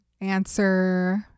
answer